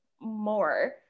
more